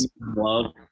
love